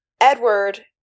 Edward